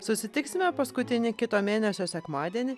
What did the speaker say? susitiksime paskutinį kito mėnesio sekmadienį